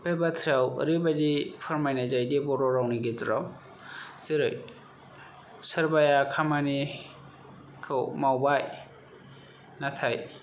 बे बाथ्रायाव ओरैबादि फोरमायनाय जायोदि बर' रावनि गेजेराव जेरै सोरबाया खामानिखौ मावबाय नाथाय